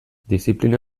diziplina